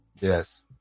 Yes